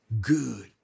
good